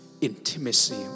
intimacy